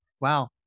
Wow